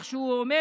איך הוא אומר